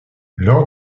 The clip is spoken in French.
lors